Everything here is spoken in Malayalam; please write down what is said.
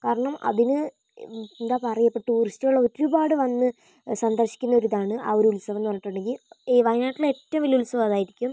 കാരണം അതിന് എന്താ പറയുക ഇപ്പം ടൂറിസ്റ്റുകളൊരുപാട് വന്ന് സന്ദർശിക്കുന്നൊരിതാണ് ആ ഒരു ഉത്സവമെന്ന് പറഞ്ഞിട്ടുണ്ടെങ്കിൽ വയനാട്ടിലെ ഏറ്റവും വലിയ ഉത്സവം അതായിരിക്കും